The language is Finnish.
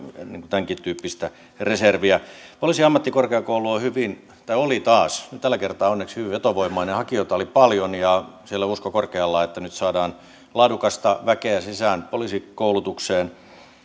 tämänkin tyyppistä reserviä poliisiammattikorkeakoulu oli taas tällä kertaa onneksi hyvin vetovoimainen hakijoita oli paljon ja siellä on usko korkealla että nyt saadaan laadukasta väkeä sisään poliisikoulutukseen